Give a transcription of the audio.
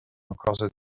encore